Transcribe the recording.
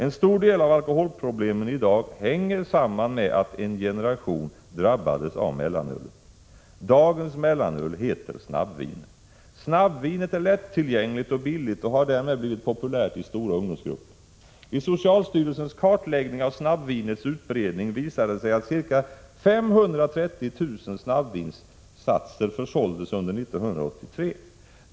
En stor del av alkoholproblemen i dag hänger samman med att en generation drabbades av mellanölet. Dagens mellanöl heter snabbvin. Snabbvinet är lättillgängligt och billigt och har därmed blivit populärt i stora ungdomsgrupper. Vid socialstyrelsens kartläggning av snabbvinets utbredning visade det sig att ca 530 000 snabbvinssatser försåldes under 1983.